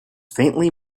faintly